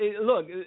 Look